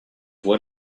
what